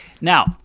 Now